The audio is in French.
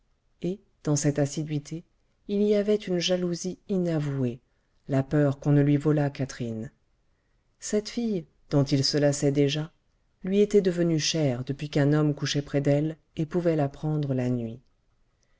et dans cette assiduité il y avait une jalousie inavouée la peur qu'on ne lui volât catherine cette fille dont il se lassait déjà lui était devenue chère depuis qu'un homme couchait près d'elle et pouvait la prendre la nuit